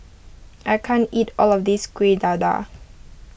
I can't eat all of this Kuih Dadar